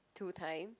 two time